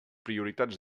prioritats